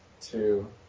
two